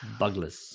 Bugless